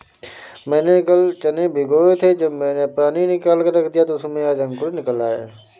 मैंने कल चने भिगोए थे जब मैंने पानी निकालकर रख दिया तो उसमें आज अंकुर निकल आए